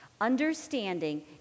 understanding